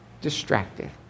distracted